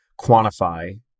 quantify